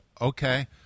okay